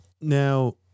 now